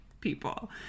people